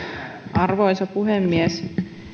arvoisa puhemies